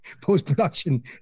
post-production